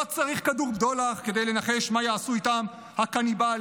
לא צריך כדור בדולח כדי לנחש מה יעשו איתם הקניבלים,